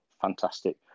fantastic